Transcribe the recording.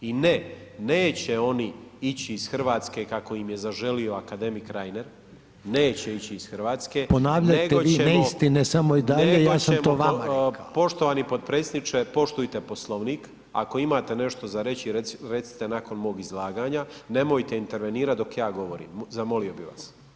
I ne, neće oni ići iz Hrvatske kako im je zaželio akademik Reiner, neće ići iz Hrvatske, nego ćemo [[Upadica Reiner: Ponavljajte vi neistine samo i dalje, ja sam to vama rekao.]] nego ćemo, poštovani potpredsjedniče, poštujte Poslovnik, ako imate nešto za reći, recite nakon mog izlaganja, nemojte intervenirati dok ja govorim, zamolio bih vas.